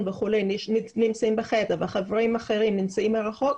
וכולי נמצאים בחדר וחברים אחרים נמצאים מרחוק,